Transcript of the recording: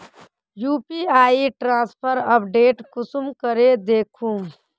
UPI transfer update कुंसम करे दखुम?